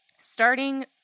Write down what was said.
starting